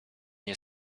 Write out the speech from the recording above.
nie